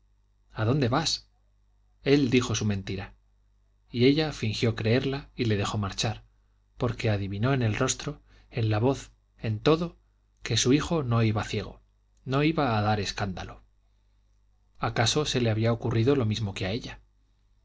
a dónde vas él dijo su mentira y ella fingió creerla y le dejó marchar porque adivinó en el rostro en la voz en todo que su hijo no iba ciego no iba a dar escándalo acaso se le había ocurrido lo mismo que a ella